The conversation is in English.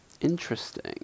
interesting